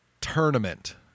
tournament